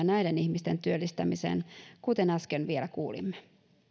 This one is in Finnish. näiden ihmisten työllistämiseen kuten äsken vielä kuulimme